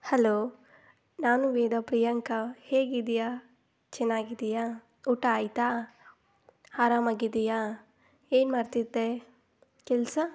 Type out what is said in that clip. hello ನಾನು ವೇದ ಪ್ರಿಯಾಂಕ ಹೇಗಿದ್ದೀಯ ಚೆನ್ನಾಗಿದ್ದೀಯಾ ಊಟ ಆಯ್ತಾ ಆರಾಮಾಗಿದ್ದೀಯಾ ಏನು ಮಾಡ್ತಿದ್ದೆ ಕೆಲಸ